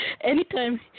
Anytime